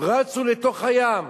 רצו לתוך הים?